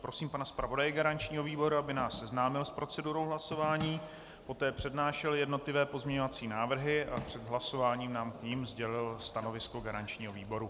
Prosím pana zpravodaje garančního výboru, aby nás seznámil s procedurou hlasování, poté přednášel jednotlivé pozměňovací návrhy a před hlasováním nám k nim sdělil stanovisko garančního výboru.